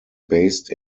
based